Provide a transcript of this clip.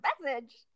message